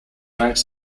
ranks